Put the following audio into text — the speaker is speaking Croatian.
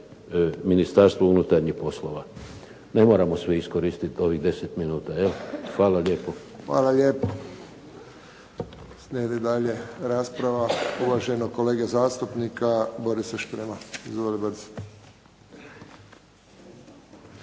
Ministarstvo unutarnjih poslova. Ne moramo svi iskoristiti ovih 10 minuta, je li? Hvala lijepo. **Friščić, Josip (HSS)** Slijedi dalje rasprava uvaženog kolege zastupnika Borisa Šprema. **Šprem, Boris